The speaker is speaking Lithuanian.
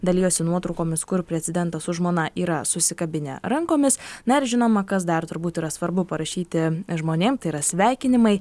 dalijosi nuotraukomis kur prezidentas su žmona yra susikabinę rankomis na ir žinoma kas dar turbūt yra svarbu parašyti žmonėm tai yra sveikinimai